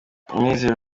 umunezero